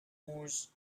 moors